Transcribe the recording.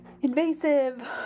invasive